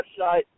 website